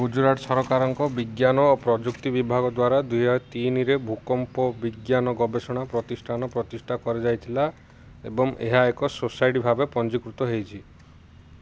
ଗୁଜରାଟ ସରକାରଙ୍କ ବିଜ୍ଞାନ ଓ ପ୍ରଯୁକ୍ତି ବିଭାଗ ଦ୍ୱାରା ଦୁଇ ହଜାର ତିନିରେ ଭୂକମ୍ପ ବିଜ୍ଞାନ ଗବେଷଣା ପ୍ରତିଷ୍ଠାନ ପ୍ରତିଷ୍ଠା କରାଯାଇଥିଲା ଏବଂ ଏହା ଏକ ସୋସାଇଟି ଭାବେ ପଞ୍ଜିକୃତ ହୋଇଛି